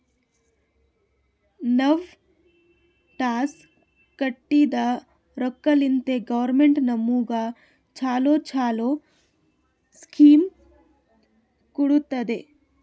ನಾವ್ ಟ್ಯಾಕ್ಸ್ ಕಟ್ಟಿದ್ ರೊಕ್ಕಾಲಿಂತೆ ಗೌರ್ಮೆಂಟ್ ನಮುಗ ಛಲೋ ಛಲೋ ಸ್ಕೀಮ್ ಕೊಡ್ತುದ್